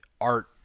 art